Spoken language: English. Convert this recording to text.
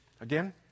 again